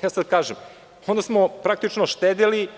Sada kažem – onda smo praktično štedeli